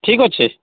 ଠିକ୍ ଅଛେ